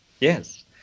Yes